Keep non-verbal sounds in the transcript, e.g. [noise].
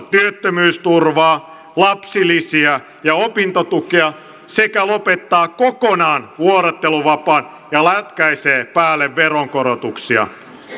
[unintelligible] työttömyysturvaa lapsilisiä ja opintotukea sekä lopettaa kokonaan vuorotteluvapaan ja lätkäisee päälle veronkorotuksia